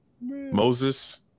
Moses